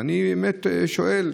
ואני באמת שואל: